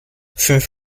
fünf